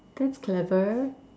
that's clever